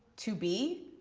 to be,